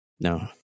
no